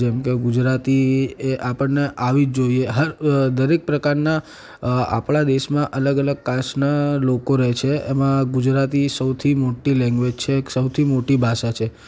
જેમ કે ગુજરાતી એ આપણને આવવી જ જોઈએ હર દરેક પ્રકારના આપણા દેશમાં અલગ અલગ કાસ્ટના લોકો રહે છે એમાં ગુજરાતી સૌથી મોટી લેન્ગવેજ છે સૌથી મોટી ભાષા છે